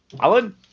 Alan